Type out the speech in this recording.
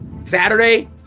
Saturday